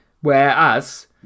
Whereas